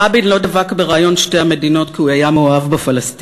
רבין לא דבק ברעיון שתי המדינות כי הוא היה מאוהב בפלסטינים